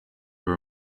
are